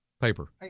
paper